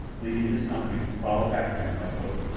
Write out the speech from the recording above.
leaving his company to follow after him by boat.